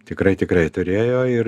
tikrai tikrai turėjo ir